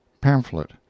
pamphlet